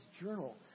journal